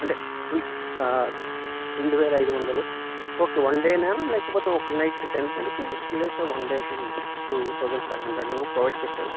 అంటే ట్వెంటీ రెండు వేల ఐదు వందలు ఓకే వన్ డేనా లేకపోతే ఒక నైట్ కెంతడిగితే లేదు సార్ వన్ డేకి టూ థౌజండ్ ఫైవ్ హండ్రెడును ప్రొవైడ్ చేస్త